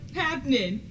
happening